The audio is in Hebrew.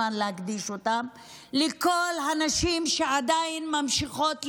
להקדיש אותם לכל הנשים שעדיין ממשיכות להיאבק,